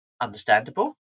understandable